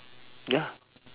ya